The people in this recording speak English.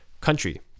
country